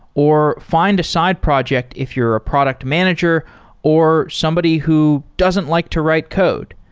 or find a side project if you're a product manager or somebody who doesn't like to write code.